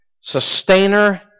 Sustainer